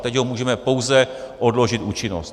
Teď můžeme pouze odložit účinnost.